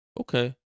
okay